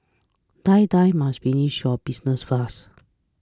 Die Die must finish your business fast